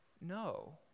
No